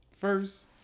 first